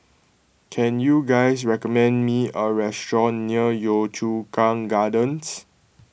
can you guys recommend me a restaurant near Yio Chu Kang Gardens